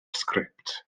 sgript